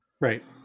Right